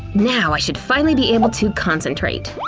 now i should finally be able to concentrate!